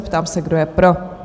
Ptám se, kdo je pro?